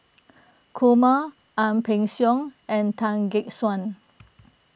Kumar Ang Peng Siong and Tan Gek Suan